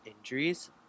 injuries